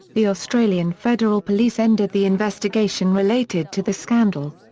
the australian federal police ended the investigation related to the scandal.